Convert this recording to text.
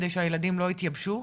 כדי שהילדים לא יתייבשו,